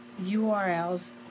URLs